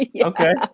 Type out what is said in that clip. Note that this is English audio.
Okay